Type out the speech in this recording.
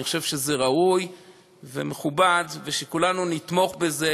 אני חושב שזה ראוי ומכובד שכולנו נתמוך בזה,